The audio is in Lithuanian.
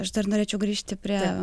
aš dar norėčiau grįžti prie